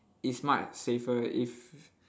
it's much safer if